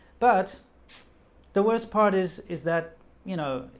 but the worst part is is that you know,